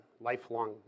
Lifelong